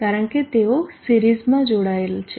કારણ કે તેઓ સિરીઝમાં જોડાયેલા છે